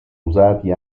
usati